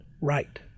Right